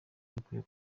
bikwiye